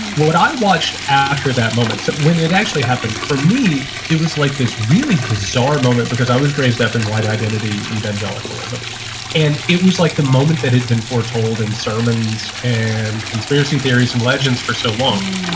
what i watched after that moment so when it actually happened for me, it was like this really bizarre moment because i was raised up in white identity evangelicalism. and it was like the moment that had been foretold in sermons and conspiracy theories, some legends for so long.